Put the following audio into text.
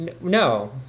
No